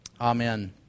Amen